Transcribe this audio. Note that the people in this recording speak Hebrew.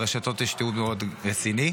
ברשתות יש תיעוד מאוד רציני.